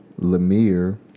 lemire